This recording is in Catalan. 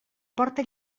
porta